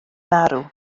marw